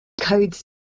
codes